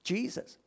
Jesus